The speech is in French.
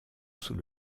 sous